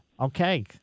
okay